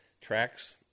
tracks